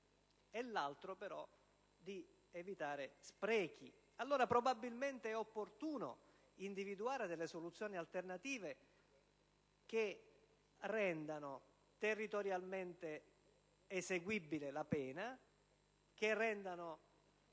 e quello di evitare sprechi. Allora, probabilmente è opportuno individuare delle soluzioni alternative che rendano territorialmente eseguibile la pena e che rendano